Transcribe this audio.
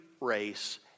race